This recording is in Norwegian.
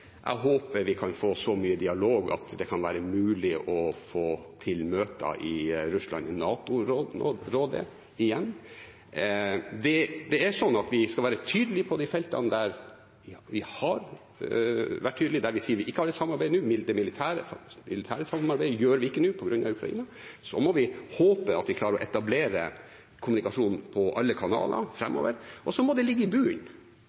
Jeg håper vi kan få så mye dialog at det kan være mulig å få til møter i NATO-Russland-rådet igjen. Vi skal være tydelige på de feltene der vi har vært tydelige, der vi sier vi ikke har et samarbeid nå – det militære samarbeidet gjør vi ikke nå på grunn av Ukraina – og så må vi håpe at vi klarer å etablere kommunikasjon i alle kanaler framover. Så må menneskerettene ligge i